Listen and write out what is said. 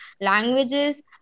languages